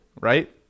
Right